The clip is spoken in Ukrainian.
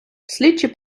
слідчі